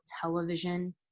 television